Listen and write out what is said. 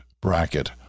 Bracket